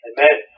Amen